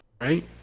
right